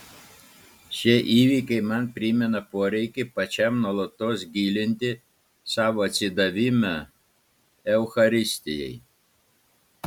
šie įvykiai man primena poreikį pačiam nuolatos gilinti savo atsidavimą eucharistijai